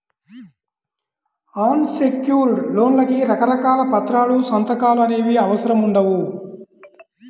అన్ secured లోన్లకి రకరకాల పత్రాలు, సంతకాలు అనేవి అవసరం ఉండవు